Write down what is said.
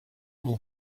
mon